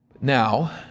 Now